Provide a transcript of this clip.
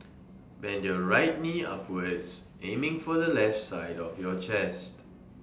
bend your right knee upwards aiming for the left side of your chest